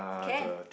can